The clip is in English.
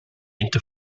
into